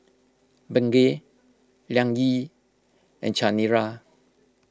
Bengay Liang Yi and Chanira